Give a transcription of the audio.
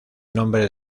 nombre